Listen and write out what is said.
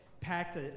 packed